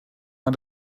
man